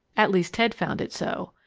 at least ted found it so.